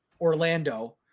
Orlando